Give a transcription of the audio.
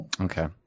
Okay